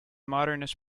modernist